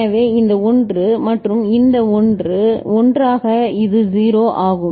எனவே இந்த 1 மற்றும் இந்த 1 ஒன்றாக இது 0 ஆகும்